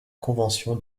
convention